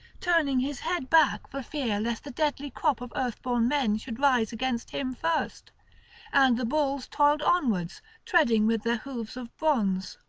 turning his head back for fear lest the deadly crop of earthborn men should rise against him first and the bulls toiled onwards treading with their hoofs of bronze.